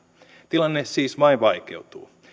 tilanne siis vain vaikeutuu